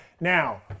Now